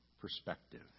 perspective